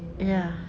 ya